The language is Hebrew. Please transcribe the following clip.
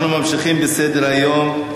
אנחנו ממשיכים בסדר-היום: